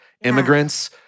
Immigrants